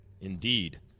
Indeed